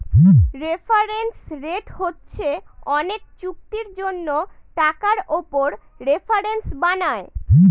reference rate হচ্ছে অনেক চুক্তির জন্য টাকার উপর রেফারেন্স বানায়